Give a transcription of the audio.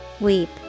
Weep